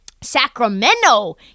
Sacramento